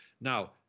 Now